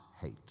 hate